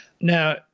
Now